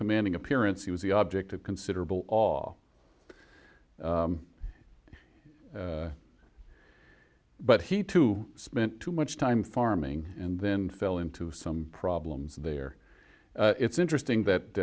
commanding appearance he was the object of considerable all but he too spent too much time farming and then fell into some problems there it's interesting